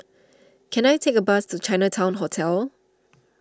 can I take a bus to Chinatown Hotel